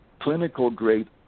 clinical-grade